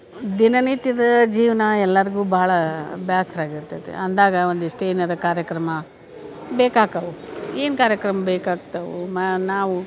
ದಿನ ನಿತ್ಯದ ಜೀವನ ಎಲ್ಲರಿಗೂ ಭಾಳ ಬೇಸ್ರ್ ಆಗಿರ್ತೈತಿ ಅಂದಾಗ ಒಂದಿಷ್ಟು ಏನಾರೂ ಕಾರ್ಯಕ್ರಮ ಬೇಕಾಕವು ಏನು ಕಾರ್ಯಕ್ರಮ ಬೇಕಾಗ್ತವೆ ಮ ನಾವು